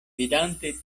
vidante